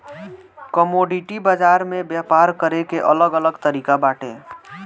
commodity बाजार में व्यापार करे के अलग अलग तरिका बाटे